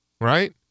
Right